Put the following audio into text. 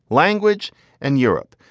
language and europe.